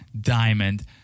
Diamond